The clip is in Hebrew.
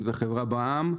אם זה חברה בע"מ,